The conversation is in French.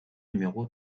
numéro